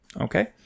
okay